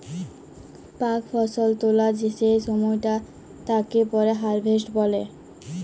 পাক ফসল তোলা যে সময়টা তাকে পরে হারভেস্ট বলে